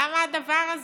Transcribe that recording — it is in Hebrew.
למה הדבר הזה?